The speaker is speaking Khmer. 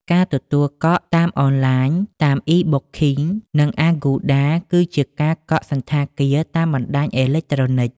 ការទទួលការកក់តាមអនឡាញតាម អុី បុកឃីង និងអាហ្គូដា គឺជាការកក់សណ្ឋាគារតាមបណ្ដាញអេឡិចត្រូនិច។